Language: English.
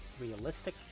realistic